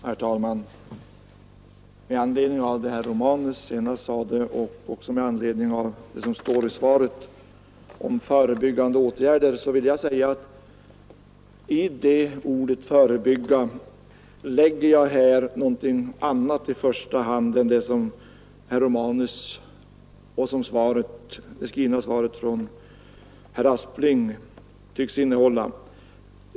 Herr talman! Med anledning av vad herr Romanus senast sade och också med anledning av vad som uttalas i svaret om förebyggande åtgärder vill jag säga att jag i ordet ”förebyggande” lägger något annat än vad herr Romanus och herr Aspling tycks göra.